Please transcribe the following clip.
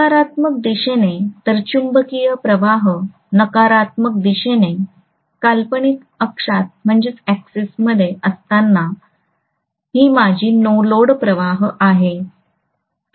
सकारात्मक दिशेने तर चुंबकीय प्रवाह नकारात्मक दिशेने काल्पनिक अक्षात असताना ही माझी नो लोड प्रवाह आहे